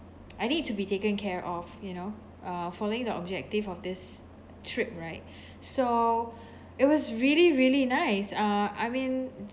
I need to be taken care of you know uh following the objective of this trip right so it was really really nice uh I mean